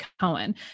Cohen